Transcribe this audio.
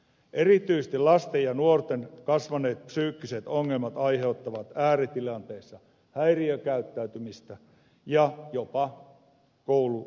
erityisesti lasten ja nuorten kasvaneet psyykkiset ongelmat aiheuttavat ääritilanteissa häiriökäyttäytymistä ja jopa koulusurmia